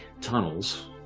tunnels